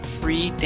free